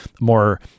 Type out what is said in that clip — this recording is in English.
more